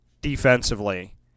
defensively